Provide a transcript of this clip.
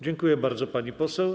Dziękuję bardzo, pani poseł.